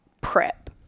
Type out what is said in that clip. prep